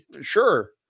sure